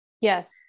Yes